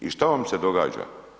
I šta vam se događa?